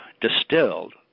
distilled